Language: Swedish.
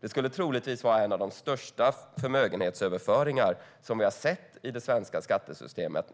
Det skulle troligtvis vara en av de största förmögenhetsöverföringar som vi någonsin har sett genomföras i det svenska skattesystemet.